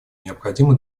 необходимо